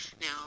now